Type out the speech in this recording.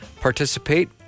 participate